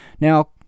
Now